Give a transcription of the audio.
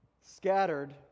scattered